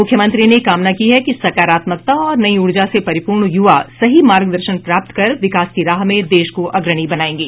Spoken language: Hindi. मुख्यमंत्री ने कामना की है कि सकारात्मकता और नई ऊर्जा से परिपूर्ण युवा सही मार्गदर्शन प्राप्त कर विकास की राह में देश को अग्रणी बनाऐंगे